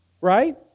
right